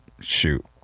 shoot